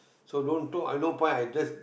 so don't talk I no point I just